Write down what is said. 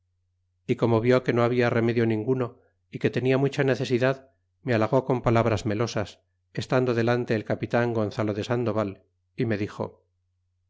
y como vió que no habla remedio ninguno y que tenia mucha necesidad me halagó con palabras melosas estando delante el capitan gonzalo de sandoval y me dixo